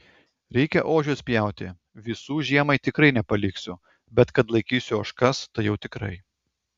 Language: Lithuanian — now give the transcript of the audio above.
reikia ožius pjauti visų žiemai tikrai nepaliksiu bet kad laikysiu ožkas tai jau tikrai